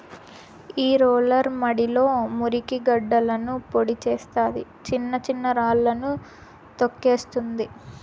ఈ రోలర్ మడిలో మురికి గడ్డలను పొడి చేస్తాది, చిన్న చిన్న రాళ్ళను తోక్కేస్తుంది